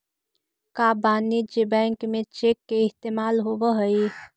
का वाणिज्य बैंक में चेक के इस्तेमाल होब हई?